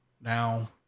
Now